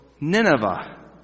Nineveh